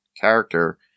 character